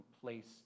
place